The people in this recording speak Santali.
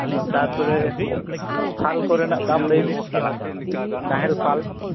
ᱛᱟᱯᱚᱨᱮ ᱯᱷᱟᱞ ᱠᱚᱨᱮᱱᱟᱜ ᱫᱟᱢ ᱞᱟᱹᱭ ᱵᱤᱱ ᱱᱟᱦᱮᱞ ᱯᱷᱟᱞ